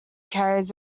carries